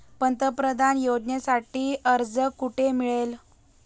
पंतप्रधान योजनेसाठी अर्ज कुठे मिळेल?